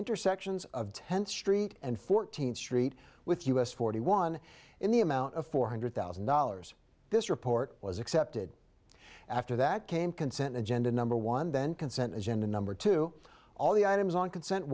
intersections of tenth street and fourteenth street with us forty one in the amount of four hundred thousand dollars this report was accepted and after that came consent agenda number one then consent agenda number two all the items on consent